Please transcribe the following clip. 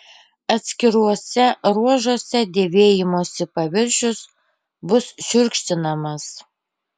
atskiruose ruožuose dėvėjimosi paviršius bus šiurkštinamas